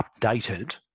updated